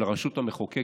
של הרשות המחוקקת,